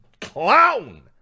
clown